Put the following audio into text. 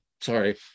sorry